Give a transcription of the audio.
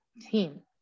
team